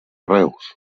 reus